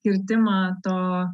kirtimą to